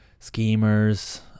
Schemers